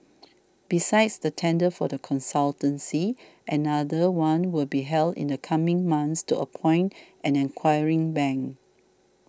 besides the tender for the consultancy another one will be held in the coming months to appoint an acquiring bank